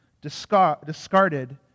discarded